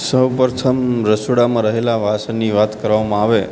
સૌપ્રથમ રસોડામાં રહેલા વાસણની વાત કરવામાં આવે